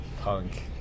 punk